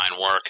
work